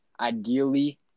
ideally